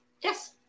Yes